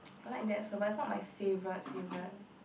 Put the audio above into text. I like that also but it's not my favourite favourite